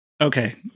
Okay